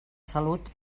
salut